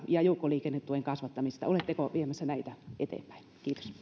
ja joukkoliikennetuen kasvattaminen oletteko viemässä näitä eteenpäin kiitos